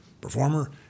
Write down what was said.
performer